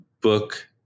book